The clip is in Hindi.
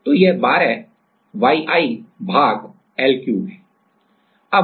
तो यह बारह YI भाग L3 है